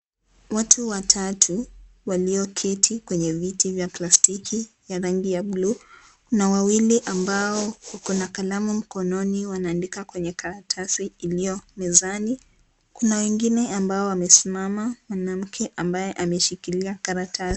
Watu watatu walioketi kwenye viti vya plastiki ya rangi ya buluu. Kuna wawili ambao wako na kalamu mkononi, wanaandika kwenye karatasi iliyo mezani, kuna wengine ambao wamesimama, mwanamke ambaye ameshikilia karatasi.